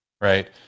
Right